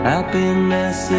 Happiness